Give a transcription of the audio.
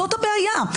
זאת הבעיה.